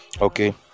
Okay